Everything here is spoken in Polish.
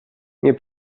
nie